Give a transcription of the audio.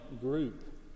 group